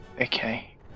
Okay